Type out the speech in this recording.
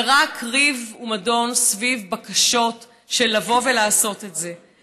ורק ריב ומדון סביב בקשות לבוא ולעשות את זה.